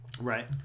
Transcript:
Right